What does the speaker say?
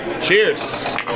cheers